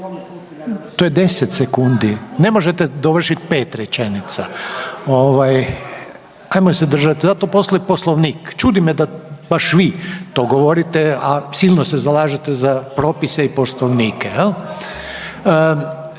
to je 10 sekundi, ne možete dovršit 5 rečenica, evo ajmo se držat za postoji Poslovnik. Čudi me da baš vi to govorite, a silno se zalažete za propise i poslovnike,